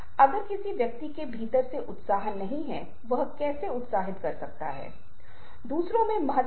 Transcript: इसलिए हथेली का खुला इशारा शुरू में यह स्पष्ट करता है कि मैं निहत्था हूं